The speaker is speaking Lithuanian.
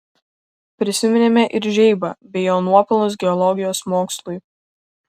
prisiminėme ir žeibą bei jo nuopelnus geologijos mokslui